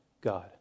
God